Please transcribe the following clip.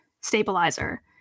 stabilizer